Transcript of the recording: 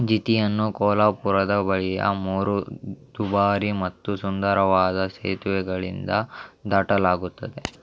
ಜಿತಿಯನ್ನು ಕೋಲ್ಹಾಪುರದ ಬಳಿಯ ಮೂರು ದುಬಾರಿ ಮತ್ತು ಸುಂದರವಾದ ಸೇತುವೆಗಳಿಂದ ದಾಟಲಾಗುತ್ತದೆ